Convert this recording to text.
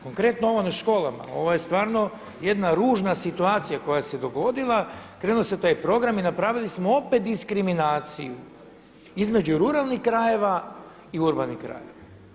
Konkretno ovo na školama, ovo je stvarno jedna ružna situacija koja se dogodila, krenulo se u taj program i napravili smo opet diskriminaciju između ruralnih krajeva i urbanih krajeva.